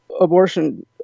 abortion